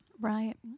Right